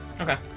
Okay